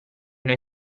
noi